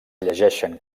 llegeixen